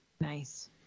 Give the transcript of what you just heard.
Nice